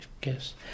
guess